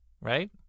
Right